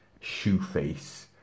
Shoeface